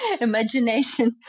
imagination